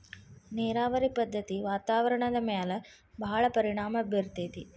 ನೇರಾವರಿ ಪದ್ದತಿ ವಾತಾವರಣದ ಮ್ಯಾಲ ಭಾಳ ಪರಿಣಾಮಾ ಬೇರತತಿ